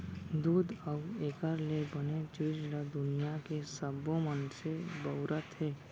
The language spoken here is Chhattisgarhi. दूद अउ एकर ले बने चीज ल दुनियां के सबो मनसे बउरत हें